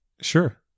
sure